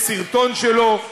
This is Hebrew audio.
ויש סרטון שלו.